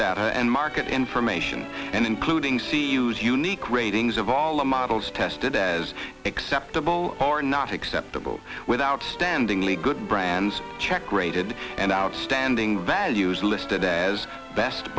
data and market information and including c use unique ratings of all models tested as acceptable or not acceptable with outstandingly good brands check rated and outstanding values listed as best